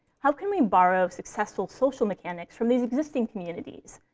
how can we borrow successful social mechanics from these existing communities,